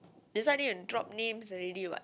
this one need to drop names already what